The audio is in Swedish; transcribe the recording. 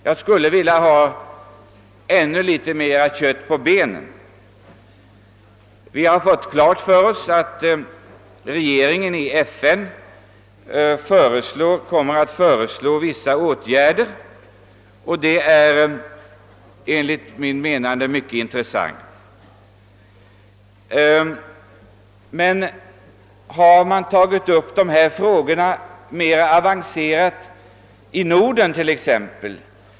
Jag skulle vilja ha ännu litet mera kött på benen i det hänseendet. Vi har fått klart för oss att regeringen i FN kommer att föreslå vissa åtgärder, och det är enligt min mening mycket intressant. Men har man tagit upp dessa frågor mera avancerat i Norden till exempel?